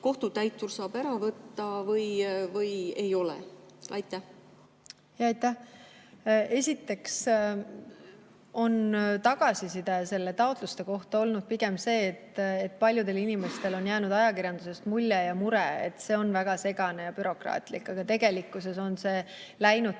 kohtutäitur saab ära võtta, või ei ole? Aitäh! Esiteks on tagasiside nende taotluste kohta olnud pigem see, et paljudel inimestel on jäänud ajakirjandusest mulje ja mure, et see on väga segane ja bürokraatlik. Aga tegelikkuses on see läinud